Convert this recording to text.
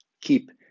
keep